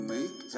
make